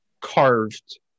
carved